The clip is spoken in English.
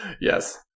Yes